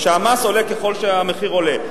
שהמס עולה ככל שהמחיר עולה,